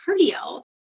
cardio